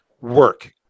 work